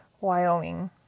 Wyoming